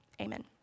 amen